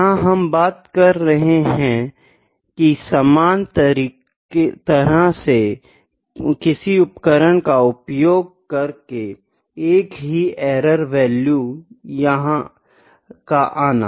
यहाँ हम बता रहे हैं कि सामान तरह से किसी उपकरण का उपयोग करके एक ही एरर वैल्यू का आना